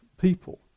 people